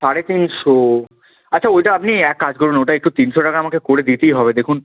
সাড়ে তিনশো আচ্ছা ওইটা আপনি এক কাজ করুন ওইটা একটু তিনশো টাকায় আমাকে করে দিতেই হবে দেখুন